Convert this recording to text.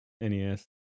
NES